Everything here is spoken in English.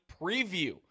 preview